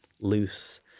loose